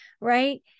Right